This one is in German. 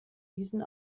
diesen